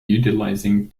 utilizing